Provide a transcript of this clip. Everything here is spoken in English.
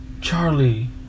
Charlie